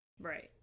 Right